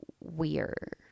weird